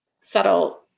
subtle